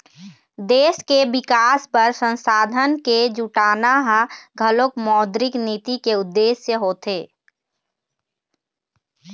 देश के बिकास बर संसाधन के जुटाना ह घलोक मौद्रिक नीति के उद्देश्य होथे